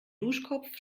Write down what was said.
duschkopf